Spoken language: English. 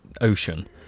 ocean